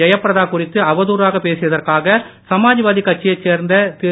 ஜெயபிரதா குறித்து அவதூராக பேசியதற்காக சமாஜ்வாதி கட்சியை சேர்ந்த திரு